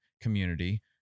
community